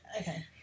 Okay